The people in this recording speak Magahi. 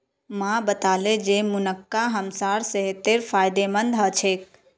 माँ बताले जे मुनक्का हमसार सेहतेर फायदेमंद ह छेक